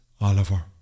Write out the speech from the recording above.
Oliver